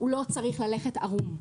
הוא לא צריך ללכת ערום.